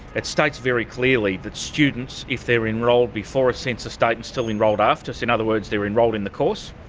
it states very clearly that students if they're enrolled before a census date and still enrolled after, so in other words they're enrolled in the course,